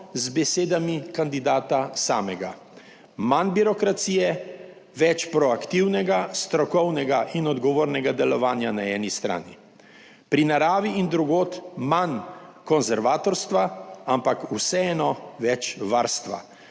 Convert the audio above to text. z besedami kandidata samega: manj birokracije, več proaktivnega, strokovnega in odgovornega delovanja na eni strani pri naravi in drugod manj konservatorstva, ampak vseeno več varstva,